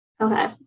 okay